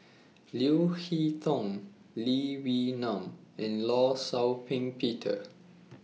Leo Hee Tong Lee Wee Nam and law Shau Ping Peter